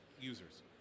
users